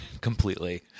completely